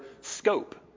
scope